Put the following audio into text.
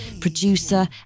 producer